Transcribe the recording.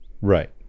right